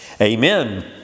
Amen